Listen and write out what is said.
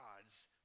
God's